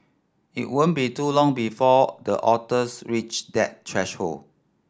it won't be too long before the otters reach that threshold